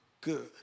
good